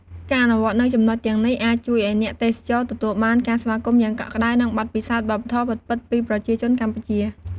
ការអនុវត្តនូវចំណុចទាំងនេះអាចជួយឱ្យអ្នកទេសចរទទួលបានការស្វាគមន៍យ៉ាងកក់ក្តៅ និងបទពិសោធន៍វប្បធម៌ពិតៗពីប្រជាជនកម្ពុជា។